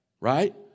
right